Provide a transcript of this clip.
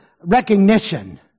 recognition